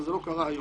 וזה לא קרה היום.